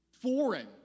foreign